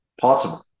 possible